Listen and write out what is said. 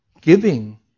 giving